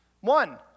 One